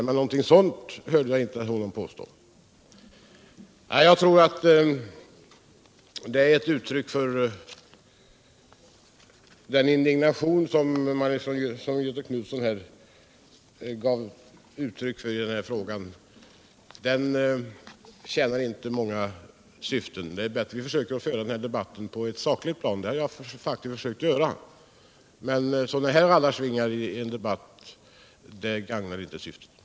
men någonting sådant hörde jag honom inte föreslå när han höll sit anförande. Den indignation som Göthe Knutson gav uttryck för i den här frågan tror jag inte tjänar många syften. Det är bättre att försöka föra den här debatten på ett sakligt plan. Det har lag försökt göra. Sådana här rallarsvingar i en debatt gagnar inte något syfte.